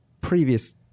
previous